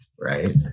right